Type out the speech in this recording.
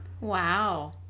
Wow